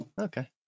Okay